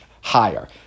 higher